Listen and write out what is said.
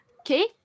Okay